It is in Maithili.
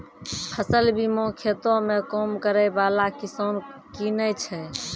फसल बीमा खेतो मे काम करै बाला किसान किनै छै